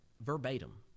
verbatim